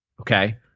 Okay